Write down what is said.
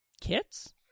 Kits